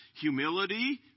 Humility